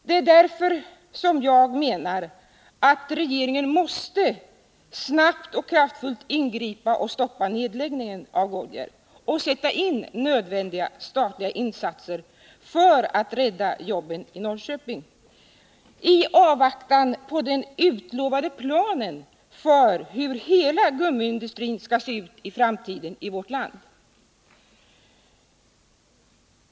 Det är därför som jag menar att regeringen snabbt och kraftfullt måste ingripa för att stoppa nedläggningen av Goodyear och sätta in nödvändiga statliga insatser för att rädda jobben i Norrköping — i avvaktan på den utlovade planen för hur hela gummiindustrin skall se ut i framtiden i vårt land.